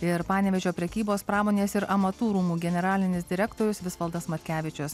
ir panevėžio prekybos pramonės ir amatų rūmų generalinis direktorius visvaldas matkevičius